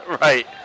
Right